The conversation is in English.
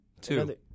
two